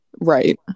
right